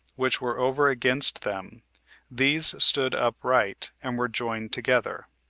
which were over against them these stood upright, and were joined together.